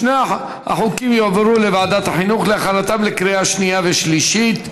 שתי ההצעות יועברו לוועדת החינוך להכנתם לקריאה שנייה ושלישית.